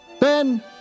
Ben